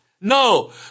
No